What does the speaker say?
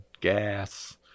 gas